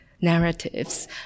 narratives